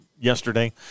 Yesterday